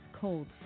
cold